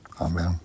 Amen